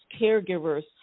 caregivers